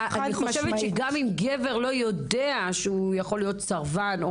אני חושבת שגם אם גבר לא יודע שהוא יכול להיות סרבן,